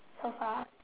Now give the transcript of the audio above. so far